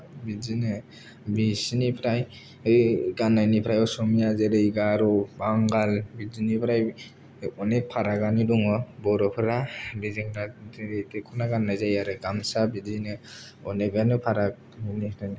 बिदिनो बिसोरनिफ्राय ऐ गान्नायनिफ्राय असमिया जेरै गार' बांगाल बिदिनिफ्राय अनेक फारागानो दङ बर'फोरा बे जोंनि जेरै दखना गान्नाय जायो आरो गामसा बिदिनो अनेकानो फाराग